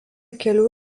kelių